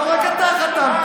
לא רק אתה חתמת,